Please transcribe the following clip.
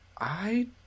I-